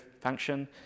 function